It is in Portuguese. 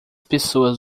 pessoas